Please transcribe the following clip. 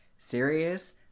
serious